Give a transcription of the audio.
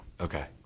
Okay